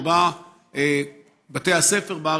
שבה בתי הספר בארץ,